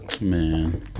Man